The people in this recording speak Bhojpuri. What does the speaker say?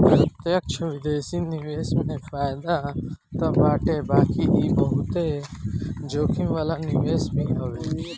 प्रत्यक्ष विदेशी निवेश में फायदा तअ बाटे बाकी इ बहुते जोखिम वाला निवेश भी हवे